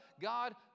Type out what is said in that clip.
God